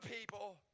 people